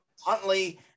Huntley